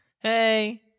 Hey